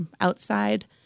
outside